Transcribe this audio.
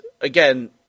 Again